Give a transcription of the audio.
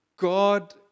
God